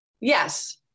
yes